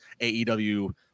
AEW